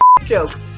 joke